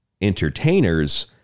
entertainers